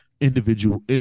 individual